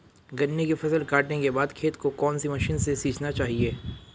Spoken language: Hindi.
गन्ने की फसल काटने के बाद खेत को कौन सी मशीन से सींचना चाहिये?